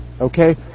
Okay